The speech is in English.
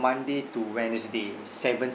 monday to wednesday seven